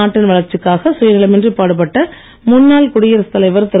நாட்டின் வளர்ச்சிக்காக சுயநலமின்றி பாடுபட்ட முன்னாள் குடியரசுத் தலைவர் திரு